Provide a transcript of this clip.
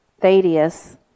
Thaddeus